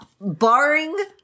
barring